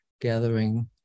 gathering